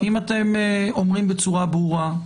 אם אתם אומרים בצורה ברורה,